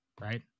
right